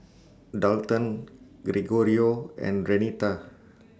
Dalton Gregorio and Renita